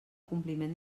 compliment